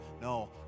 No